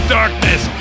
darkness